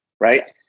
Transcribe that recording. right